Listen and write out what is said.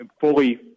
fully